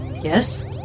Yes